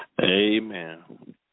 Amen